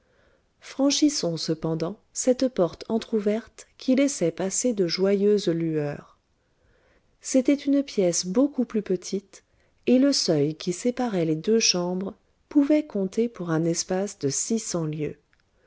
franchissons cependant cette porte entr'ouverte qui laissait passer de joyeuses lueurs c'était une pièce beaucoup plus petite et le seuil qui séparait les deux chambres pouvait compter pour un espace de six